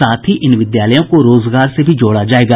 साथ ही इन विद्यालयों को रोजगार से भी जोड़ा जायेगा